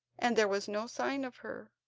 and there was no sign of her.